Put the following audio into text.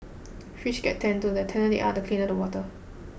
fish get tanned too the tanner they are the cleaner the water